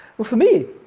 well, for me,